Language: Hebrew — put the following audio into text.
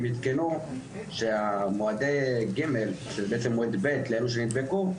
הם עדכנו שמועדי ג' שזה בעצם מועד ב' לאלו שנדבקו,